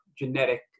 genetic